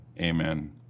Amen